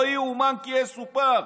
לא יאומן כי יסופר.